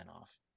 off